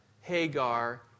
Hagar